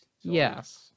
yes